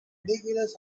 ridiculous